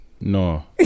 No